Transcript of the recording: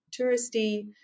touristy